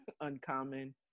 uncommon